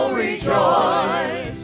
rejoice